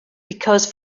because